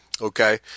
Okay